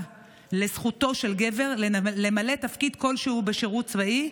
לזכותו של גבר למלא תפקיד כלשהו בשירות צבאי,